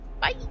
Bye